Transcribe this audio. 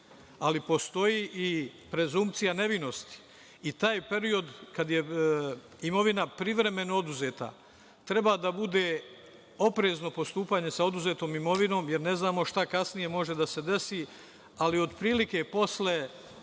ali postoji i prezupcija nevinosti i taj period kada je imovina privremeno oduzeta treba da bude oprezno postupanje sa oduzetom imovinom jer ne znamo šta kasnije može da se desi, ali otprilike, posle